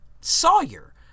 Sawyer